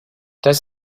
does